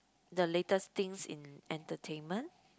the latest things in entertainment